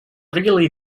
really